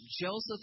Joseph